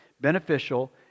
beneficial